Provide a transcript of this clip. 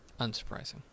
Unsurprising